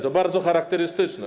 To bardzo charakterystyczne.